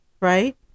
right